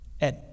Ed